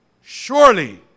surely